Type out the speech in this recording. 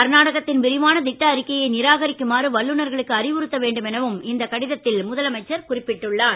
கர்நாடகத்தின் விரிவான திட்ட அறிக்கையை நிராகரிக்குமாறு வல்லுனர்களுக்கு அறிவுறுத்த வேண்டும் எனவும் இந்தக் கடிதத்தில் முதலமைச்சர் குறிப்பிட்டுள்ளார்